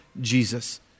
Jesus